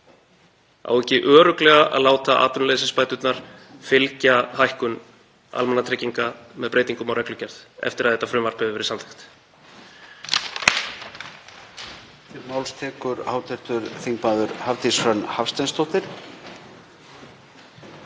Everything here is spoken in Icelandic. Á ekki örugglega að láta atvinnuleysisbæturnar fylgja hækkun almannatrygginga með breytingum á reglugerð eftir að þetta frumvarp hefur verið samþykkt?